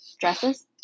dresses